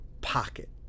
pocket